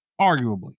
Arguably